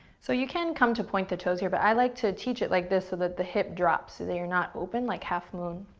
so you can come to point the toes here, but i like to teach it like this so that the hip drops so that you're not open like half moon.